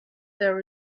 there